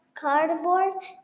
cardboard